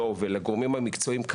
ולגורמים המקצועיים,